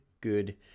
good